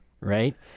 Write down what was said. right